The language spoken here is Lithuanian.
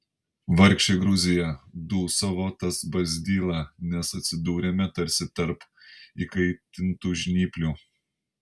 vargšė gruzija dūsavo tas barzdyla mes atsidūrėme tarsi tarp įkaitintų žnyplių